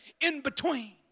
in-between